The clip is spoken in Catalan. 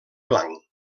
blanc